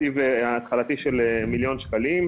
תקציב התחלתי של מיליון שקלים,